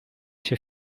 się